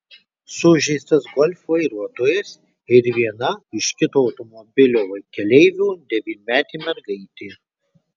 sužeistas golf vairuotojas ir viena iš kito automobilio keleivių devynmetė mergaitė